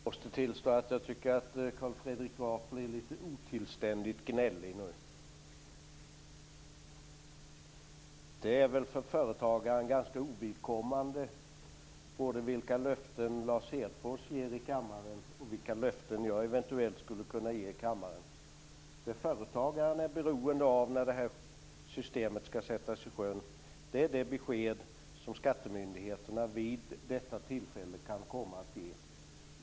Fru talman! Jag måste tillstå att jag tycker att Carl Fredrik Graf nu blir litet grand otillständigt gnällig. Det är för företagaren ganska ovidkommande både vilka löften Lars Hedfors ger i kammaren och vilka löften jag eventuellt skulle kunna ge i kammaren. Det företagaren är beroende av när systemet skall sättas i sjön är det besked som skattemyndigheterna vid detta tillfälle kan komma att ge.